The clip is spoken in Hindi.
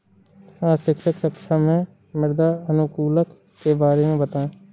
आज शिक्षक कक्षा में मृदा अनुकूलक के बारे में बताएं